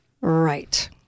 Right